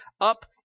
up